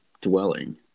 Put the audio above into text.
dwelling